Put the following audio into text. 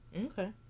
Okay